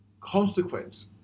consequence